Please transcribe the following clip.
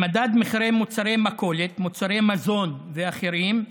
במדד מחירי מוצרי מכולת, מוצרי מזון ואחרים,